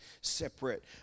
separate